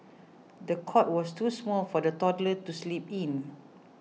the cot was too small for the toddler to sleep in